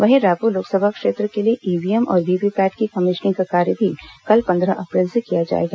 वहीं रायपुर लोकसभा क्षेत्र के लिए ईवीएम और वीवीपैट की कमीशनिंग का कार्य भी कल पन्द्रह अप्रैल से किया जाएगा